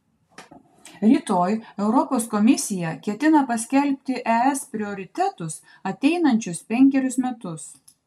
rytoj europos komisija ketina paskelbti es prioritetus ateinančius penkerius metus